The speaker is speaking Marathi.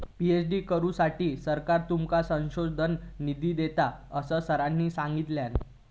पी.एच.डी करुसाठी सरकार तुमका संशोधन निधी देता, असा सरांनी सांगल्यानी